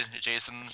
Jason